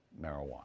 marijuana